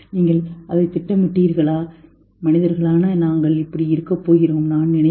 நீங்கள் அதைத் திட்டமிட்டீர்களா மனிதர்களான நாங்கள் இப்படி இருக்கப் போகிறோம் நான் நினைத்தேன்